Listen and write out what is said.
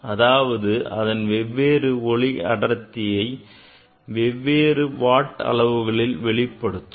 அதாவது அதன் வெவ்வேறு ஒளி அடர்த்தியை வெவ்வேறு watt அளவுகளில் வெளிப்படுத்துவோம்